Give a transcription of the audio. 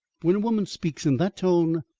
when a woman speaks in that tone,